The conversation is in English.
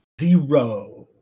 Zero